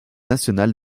nationale